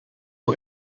who